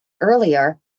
earlier